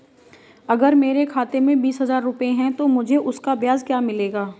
अगर मेरे खाते में बीस हज़ार रुपये हैं तो मुझे उसका ब्याज क्या मिलेगा?